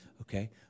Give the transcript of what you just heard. Okay